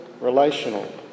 relational